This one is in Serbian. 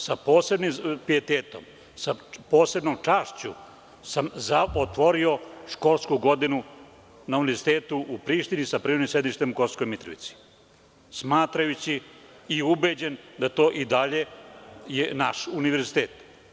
Sa posebnim pijetetom, sa posebnom čašću, otvorio sam školsku godinu na Univerzitetu u Prištini, sa privremenim sedištem u Kosovskoj Mitrovici, smatrajući i ubeđen sam da je to i dalje naš univerzitet.